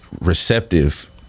receptive